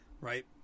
right